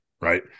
Right